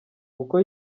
uko